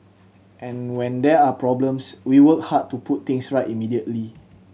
and when there are problems we work hard to put things right immediately